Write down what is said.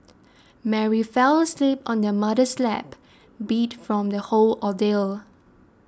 Mary fell asleep on her mother's lap beat from the whole ordeal